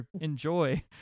enjoy